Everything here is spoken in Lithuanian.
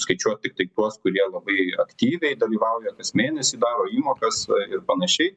skaičiuot tik tai tuos kurie labai aktyviai dalyvauja kas mėnesį daro įmokas ir panašiai